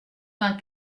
vingt